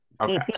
Okay